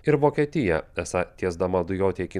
ir vokietija esą tiesdama dujotiekį